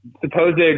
supposed